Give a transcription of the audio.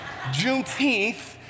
Juneteenth